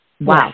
Wow